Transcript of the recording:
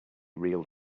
real